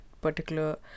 particular